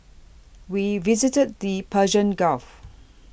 we visited the Persian Gulf